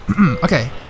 Okay